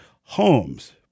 homes